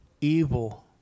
evil